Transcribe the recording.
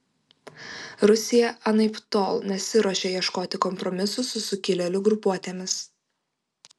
rusija anaiptol nesiruošia ieškoti kompromisų su sukilėlių grupuotėmis